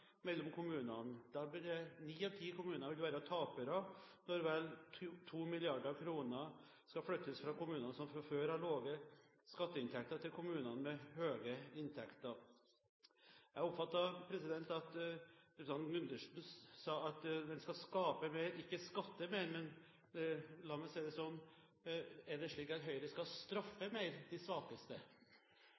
mellom kommunene. Ni av ti kommuner vil være tapere når vel 2 mrd. kr skal flyttes fra kommuner som fra før har lave skatteinntekter, til kommuner med høye inntekter. Jeg oppfattet at representanten Gundersen sa at man skal skape mer, ikke skatte mer, men la meg si det slik: Er det slik at Høyre skal straffe de svakeste